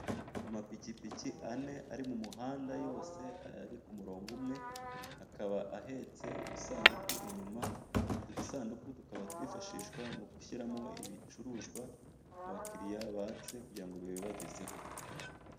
Amapikipiki ane, ari mu muhanda, yose ari ku murongo umwe, akaba ahetse udusanduku inyuma, utwo dusanduku tukaba twifashishwa mu gushyiramo ibicuruzwa abakiriya batse, kugira ngo babibagezeho.